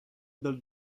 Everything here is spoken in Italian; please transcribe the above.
dal